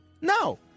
No